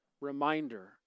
reminder